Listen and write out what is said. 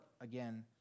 again